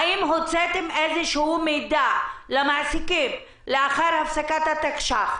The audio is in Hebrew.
האם הוצאתם איזשהו מידע למעסיקים לאחר הפסקת התקש"ח,